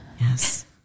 Yes